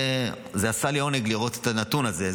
זה עשה לי עונג לראות את הנתון הזה.